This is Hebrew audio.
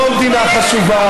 לא המדינה חשובה.